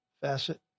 facet